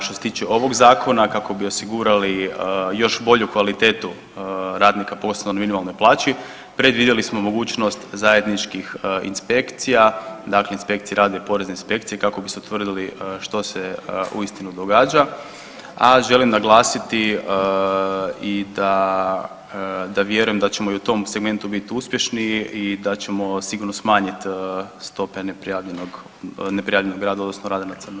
Što se tiče ovog Zakona, kako bi osigurali još bolju kvalitetu radnika, posebno na minimalnoj plaći, predvidjeli smo mogućnost zajedničkih inspekcija, dakle inspekcije rada i porezne inspekcije kako bi se utvrdili što se uistinu događa, a želim naglasiti i da, da vjerujem da ćemo i u tom segmentu biti uspješni i da ćemo sigurno smanjiti stope neprijavljenog rada, odnosno rada na crno.